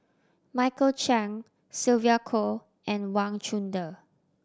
Michael Chiang Sylvia Kho and Wang Chunde